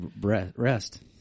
rest